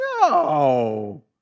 no